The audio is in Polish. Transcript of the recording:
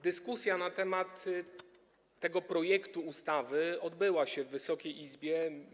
Dyskusja na temat tego projektu ustawy odbywała się w Wysokiej Izbie.